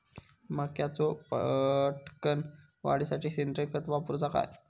मक्याचो पटकन वाढीसाठी सेंद्रिय खत वापरूचो काय?